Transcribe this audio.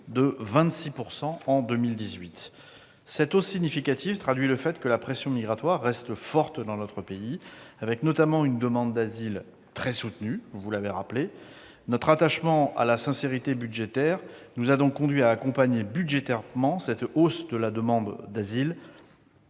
de 26 % en 2018. Cette hausse significative traduit le fait que la pression migratoire reste forte dans notre pays, avec notamment une demande d'asile très soutenue. Notre attachement à la sincérité budgétaire nous a donc conduits à accompagner cette hausse de la demande d'asile